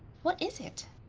what is it?